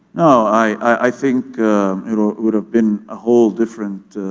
ah i think it would have been a whole different